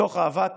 מתוך אהבת